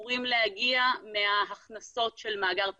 אמורים להגיע מההכנסות של מאגר תמר,